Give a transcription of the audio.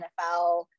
NFL